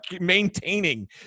maintaining